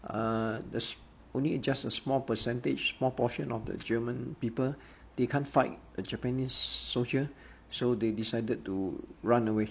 uh the only just a small percentage small portion of the german people they can't fight the japanese soldier so they decided to run away